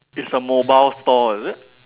it's a mobile stall is it